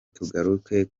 tugaruke